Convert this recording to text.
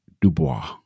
Dubois